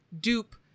dupe